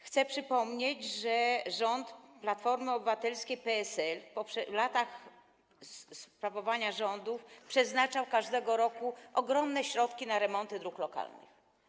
Chcę przypomnieć, że rząd Platformy Obywatelskiej i PSL w latach sprawowania rządów przeznaczał każdego roku ogromne środki na remonty dróg lokalnych.